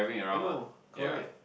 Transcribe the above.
ah no correct